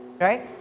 right